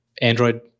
Android